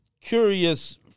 curious